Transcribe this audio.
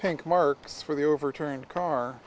pink marks for the overturned car